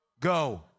Go